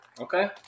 Okay